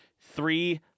three